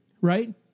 right